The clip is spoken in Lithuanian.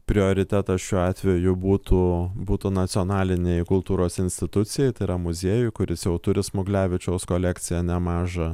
prioritetas šiuo atveju būtų būtų nacionalinei kultūros institucijai tai yra muziejui kuris jau turi smuglevičiaus kolekciją nemažą